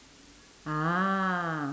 ah